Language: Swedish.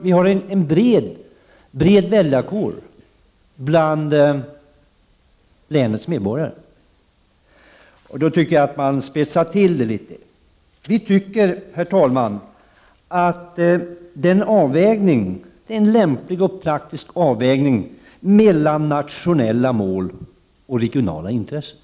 Vi har en bred väljarkår bland länens medborgare. Jag tycker därför att Agne Hanssons spetsar till det litet. Vi tycker, herr talman, att vi har gjort en lämplig och praktisk avvägning mellan nationella mål och regionala intressen.